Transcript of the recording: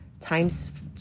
Times